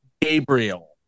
Gabriel